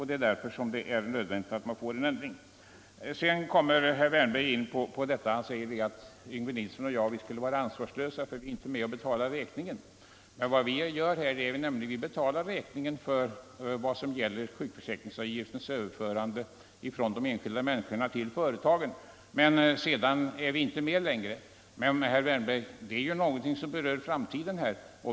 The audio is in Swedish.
Det är därför nödvändigt att få en ändring. Sedan påstår herr Wärnberg att herr Yngve Nilsson och jag skulle vara ansvarslösa eftersom vi inte är med och betalar räkningen. Vi betalar räkningen för sjukförsäkringsavgiftens överförande från de enskilda människorna till företagen, sedan är vi inte med längre. Men, herr Wärnberg, detta berör ju framtiden.